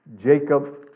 Jacob